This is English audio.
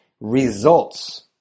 results